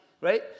right